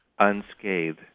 Unscathed